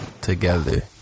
together